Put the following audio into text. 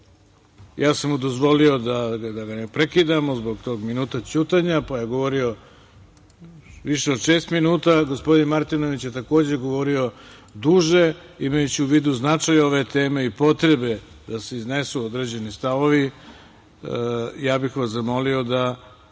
ja sam mu dozvolio, da ga ne prekidamo zbog tog minuta ćutanja, pa je govorio više od šest minuta. Gospodin Martinović je takođe govorio duže, imajući u vidu značaj ove teme i potrebe da se iznesu određeni stavovi. Zamolio bih vas da sledeći